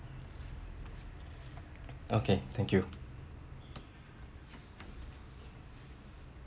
okay thank you